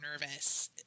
nervous